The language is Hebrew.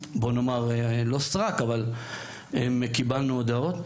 לא סרק אבל לא מצבים מסכני חיים.